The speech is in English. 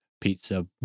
pizza